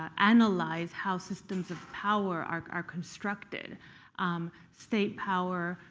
analyze how systems of power are are constructed state power,